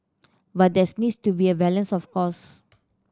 but there's needs to be a balance of course